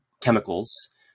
chemicals